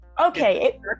Okay